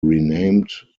renamed